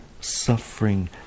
suffering